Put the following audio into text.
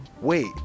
wait